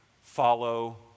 follow